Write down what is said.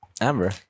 Amber